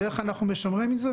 ואיך אנחנו משמרים את זה,